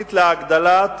התוכנית להגדלת